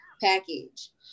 package